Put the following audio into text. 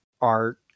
art